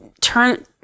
turn